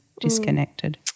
disconnected